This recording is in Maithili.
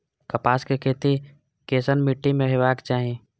कपास के खेती केसन मीट्टी में हेबाक चाही?